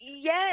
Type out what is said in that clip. Yes